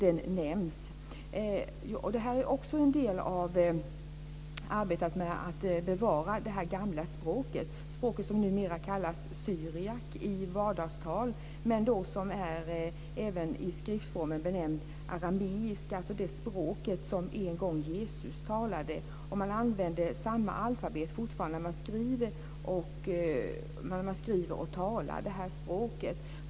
Det här är också en del av arbetet med att bevara det gamla språket, som numera kallas syriac i vardagstal men som i skriftspråk även benämns arameiska - det språk som en gång Jesus talade. Man använder fortfarande samma alfabet när man skriver och talar det här språket.